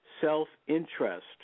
self-interest